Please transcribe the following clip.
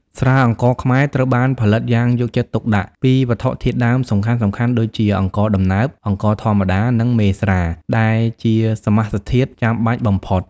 ស្រាអង្ករខ្មែរ ត្រូវបានផលិតយ៉ាងយកចិត្តទុកដាក់ពីវត្ថុធាតុដើមសំខាន់ៗដូចជា អង្ករដំណើប អង្ករធម្មតា និង មេស្រា ដែលជាសមាសធាតុចាំបាច់បំផុត។